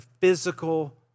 physical